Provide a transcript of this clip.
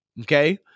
Okay